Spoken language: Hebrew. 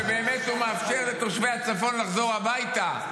-- שהוא באמת מאפשר לתושבי הצפון לחזור הביתה.